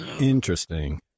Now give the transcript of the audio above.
Interesting